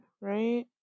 right